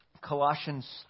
Colossians